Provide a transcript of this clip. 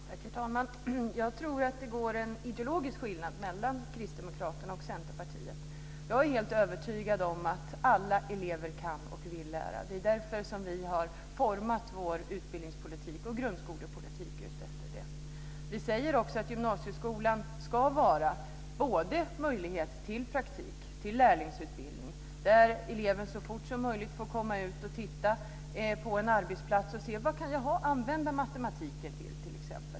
Herr talman! Jag tror att det går en ideologisk skiljelinje mellan Kristdemokraterna och Centerpartiet. Jag är helt övertygad om att alla elever kan och vill lära. Det är utifrån detta vi har format vår utbildningspolitik och grundskolepolitik. Vi säger också att gymnasieskolan ska vara en möjlighet till praktik, till lärlingsutbildning. Eleven ska så fort som möjligt få komma ut och titta på en arbetsplats och se: Vad kan jag använda matematiken till?